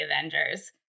Avengers